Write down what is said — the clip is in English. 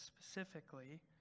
specifically